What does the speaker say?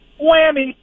Whammy